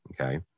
Okay